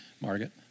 Margaret